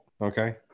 okay